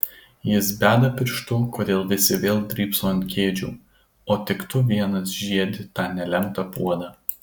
jis beda pirštu kodėl visi vėl drybso ant kėdžių o tik tu vienas žiedi tą nelemtą puodą